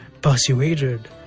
persuaded